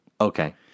Okay